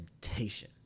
temptation